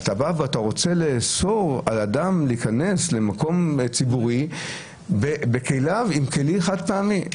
ואתה רוצה לאסור על אדם להיכנס למקום ציבורי עם כלים חד-פעמיים.